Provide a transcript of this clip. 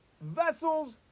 vessels